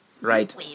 Right